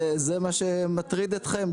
זה מה שמטריד אתכם,